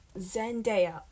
Zendaya